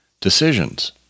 decisions